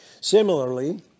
Similarly